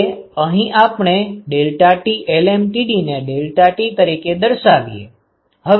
હવે અહીં આપણે deltaT lmtd ને deltaT તરીકે દર્શાવીએ